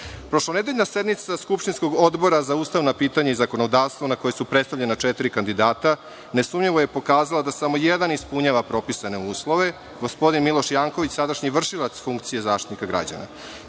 građana. Prošlonedeljna sednica skupštinskog Odbora za ustavna pitanja i zakonodavstvo, na kojoj su predstavljena četiri kandidata, nesumnjivo je pokazala da samo jedan ispunjava propisane uslove, gospodin Miloš Janković, sadašnji vršilac funkcije Zaštitnika građana.